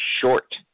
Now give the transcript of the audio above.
short